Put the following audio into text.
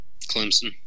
Clemson